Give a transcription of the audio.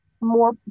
more